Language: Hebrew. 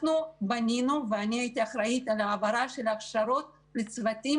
בנינו אני הייתי אחראית על ההעברה של ההכשרות לצוותים